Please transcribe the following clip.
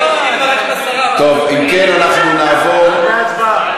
אם כן, אנחנו נעבור, להצבעה.